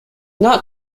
not